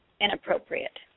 inappropriate